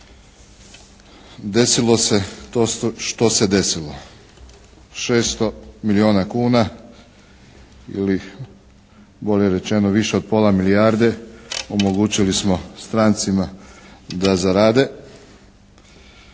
Desilo se to što se desilo. 600 milijuna kuna ili bolje rečeno više od pola milijarde omogućili smo strancima da zarade